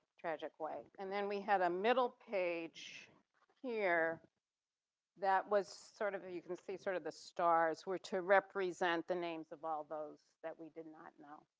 like way. and then we have a middle page here that was, sort of you can see sort of the stars were to represent the names of all those that we did not know,